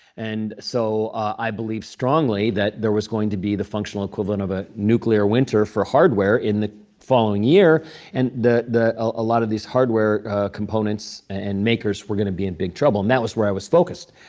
and so i believed strongly that there was going to be the functional equivalent of a nuclear winter for hardware in the following year and the the a lot of these hardware components and makers were going to be in big trouble. and that was where i was focused.